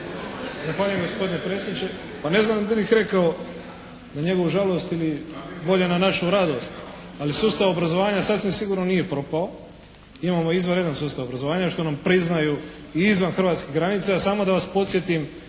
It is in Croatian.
Zahvaljujem gospodine predsjedniče. Pa ne znam bi li rekao na njegovu žalost ili bolje na našu radost, ali sustav obrazovanja sasvim sigurno nije propao. Imamo izvanredan sustav obrazovanja što nam priznaju i izvan hrvatskih granica. Samo da vas podsjetim